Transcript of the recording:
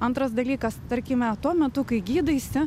antras dalykas tarkime tuo metu kai gydaisi